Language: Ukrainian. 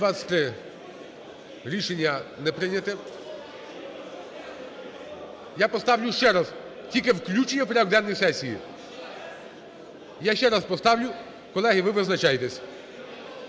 Рішення не прийнято. Я поставлю ще раз. Тільки включення в порядок денний сесії. Я ще раз поставлю. Колеги, ви визначайтесь.